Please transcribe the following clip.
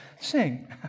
sing